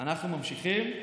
אנחנו ממשיכים.